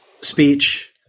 speech